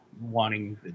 wanting